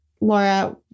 Laura